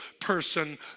person